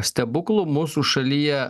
stebuklų mūsų šalyje